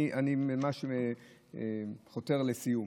אני ממש חותר לסיום.